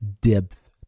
depth